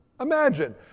Imagine